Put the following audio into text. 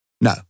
No